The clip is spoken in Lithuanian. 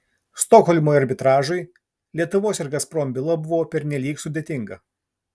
stokholmo arbitražui lietuvos ir gazprom byla buvo pernelyg sudėtinga